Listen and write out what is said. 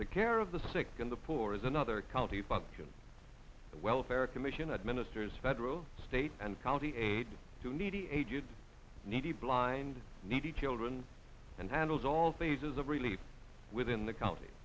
the care of the sick and the poor is another county function the welfare commission administers federal state and county aid to needy aged needy blind needy children and handles all phases of relief within the county